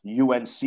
UNC